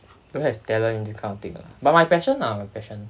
don't have talent in this kind of thing lah but my passion lah my passion